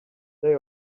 they